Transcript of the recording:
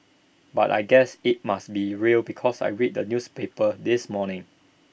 but I guess IT must be real because I read the newspapers this morning